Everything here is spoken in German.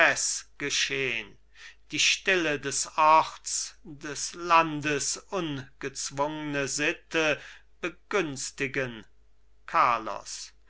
geschehn die stille des orts des landes ungezwungne sitte begünstigen carlos